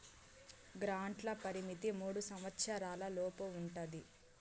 గ్రాంట్ల పరిమితి మూడు సంవచ్చరాల లోపు ఉంటది